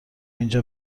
اینجا